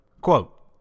Quote